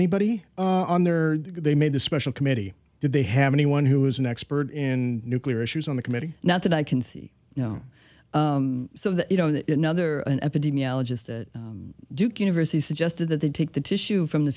anybody on there they made the special committee did they have anyone who was an expert in nuclear issues on the committee not that i can see you know so that you know that another an epidemiologist at duke university suggested that they take the tissue from the